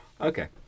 okay